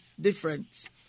different